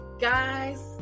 guys